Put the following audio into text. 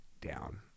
down